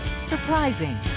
Surprising